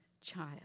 child